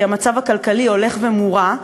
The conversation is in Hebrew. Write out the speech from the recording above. כי המצב הכלכלי הולך ורע,